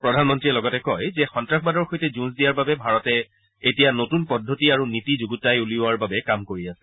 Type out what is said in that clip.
প্ৰধানমন্ত্ৰীয়ে লগতে কয় যে সন্ত্ৰাসবাদৰ সৈতে যুঁজ দিয়াৰ বাবে ভাৰতে এতিয়া নতুন পদ্ধতি আৰু নীতি যুগুতাই উলিওৱাৰ বাবে কাম কৰি আছে